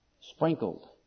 sprinkled